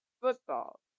football